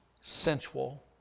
sensual